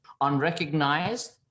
Unrecognized